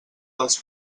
dels